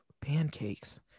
pancakes